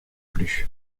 plus